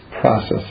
process